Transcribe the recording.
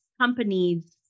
companies